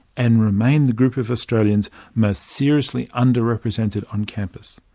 and remain the group of australians most seriously under-represented on campus.